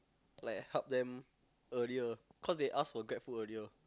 like help them earlier cause they ask for Grabfood earlier